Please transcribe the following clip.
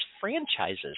franchises